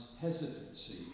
hesitancy